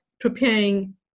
preparing